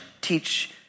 teach